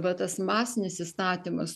va tas masinis įstatymas